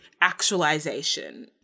actualization